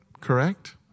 Correct